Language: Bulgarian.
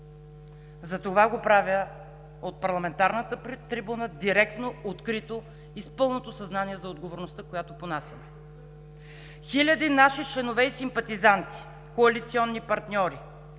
Затова го правя от парламентарната трибуна директно, открито и с пълното съзнание за отговорността, която понасям: хиляди наши членове и симпатизанти, коалиционни партньори,